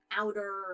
outer